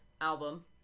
album